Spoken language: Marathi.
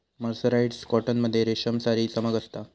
मर्सराईस्ड कॉटन मध्ये रेशमसारी चमक असता